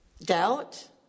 Doubt